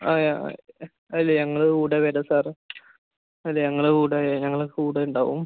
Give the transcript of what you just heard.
അല്ല ഞങ്ങളുടെ കൂടെ വരുമോ സാറ് അല്ല ഞങ്ങളുടെ കൂടെ ഞങ്ങള് കൂടെ ഉണ്ടാവും